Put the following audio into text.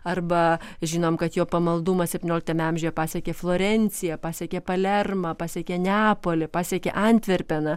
arba žinom kad jo pamaldumą septynioliktame amžiuje pasiekė florenciją pasiekė palermą pasiekė neapolį pasiekė antverpeną